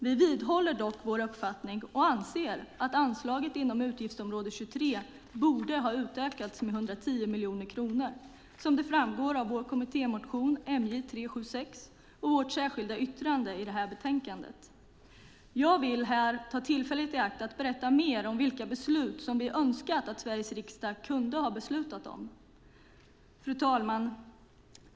Vi vidhåller dock vår uppfattning och anser att anslaget inom utgiftsområde 23 borde ha utökats med 110 miljoner kronor, som framgår av vår kommittémotion MJ376 och vårt särskilda yttrande i detta betänkande. Jag vill här ta tillfället i akt att berätta mer om vilka beslut vi hade önskat att Sveriges riksdag beslutat om. Fru talman!